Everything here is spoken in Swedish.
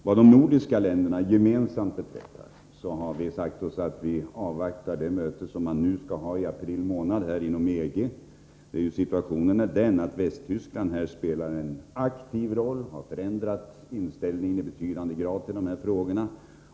Vad de nordiska länderna gemensamt beträffar har vi sagt oss att vi skall avvakta mötet i april inom EG. Situationen är ju den att Västtyskland spelar en aktiv roll. Västtyskland har i betydande grad förändrat inställningen i de här frågorna.